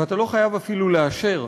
ואתה לא חייב אפילו לאשר,